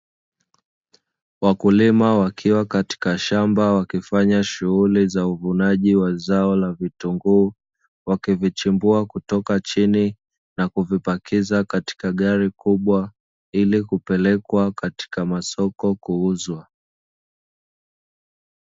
Wakulima wakiwa katika shamba wakifanya shughuli za uvunaji wa zao la vitunguu wakivichimbua kutoka chini na kuvipakiza katika gari kubwa ili kupelekwa katika masoko kuuzwa.